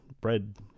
Bread